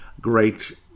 Great